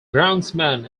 groundsman